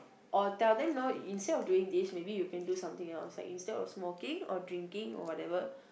or tell them know instead of doing this maybe you can do something else like instead of smoking or drinking or whatever